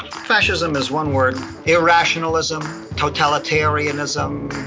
fascism is one word irrationalism, totalitarianism,